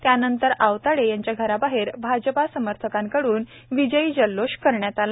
त्यानंतर आवताडे यांच्या घराबाहेर भाजपा समर्थकांकडून विजयी जल्लोष करण्यात आला